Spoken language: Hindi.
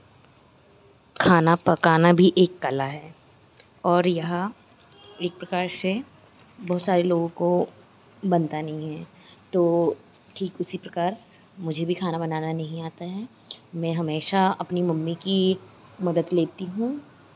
खाना पकाना भी एक कला है और यह एक प्रकार से बहुत सारे लोगों को बनता नहीं है तो ठीक उसी प्रकार मुझे भी खाना बनाना नहीं आता है मैं हमेशा अपनी मम्मी की मदद लेती हूँ